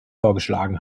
vorgeschlagen